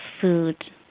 food